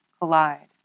collide